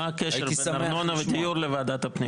מה הקשר בין ארנונה ודיור לוועדת הפנים?